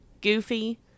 goofy